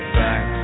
back